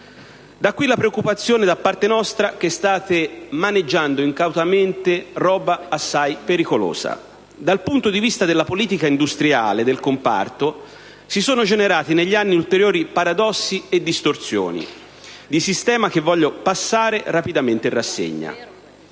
Da qui la preoccupazione da parte nostra che state maneggiando incautamente "roba" assai pericolosa. Dal punto di vista della politica industriale del comparto, si sono generati negli anni ulteriori paradossi e distorsioni di sistema che voglio passare rapidamente in rassegna.